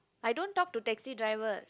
I don't talk to taxi drivers